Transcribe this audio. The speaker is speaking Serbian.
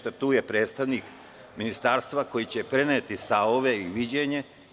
Tu je predstavnik ministarstva koji će preneti stavove i viđenja.